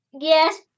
Yes